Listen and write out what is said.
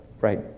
right